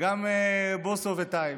וגם בוסו וטייב.